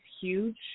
huge